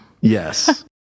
yes